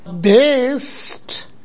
based